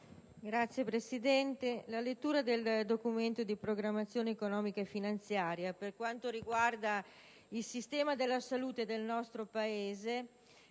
Signor Presidente, la lettura del Documento di programmazione economico-finanziaria per quanto riguarda il sistema della salute del nostro Paese,